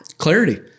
clarity